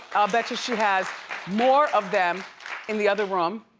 i'll bet you she has more of them in the other room.